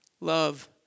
Love